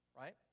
Right